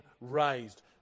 raised